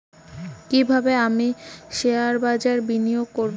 কিভাবে আমি শেয়ারবাজারে বিনিয়োগ করবে?